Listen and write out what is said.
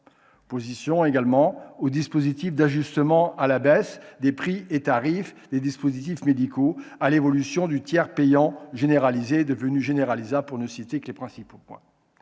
Opposition, aussi, au dispositif d'ajustement à la baisse des prix et tarifs des dispositifs médicaux ou à l'évolution du tiers payant généralisé en tiers payant généralisable, pour ne citer que les principaux points.